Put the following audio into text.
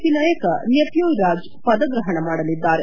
P ನಾಯಕ ನೆಮ್ಯೂಯ್ ರಾಜ್ ಪದಗ್ರಹಣ ಮಾಡಲಿದ್ದಾರೆ